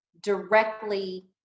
directly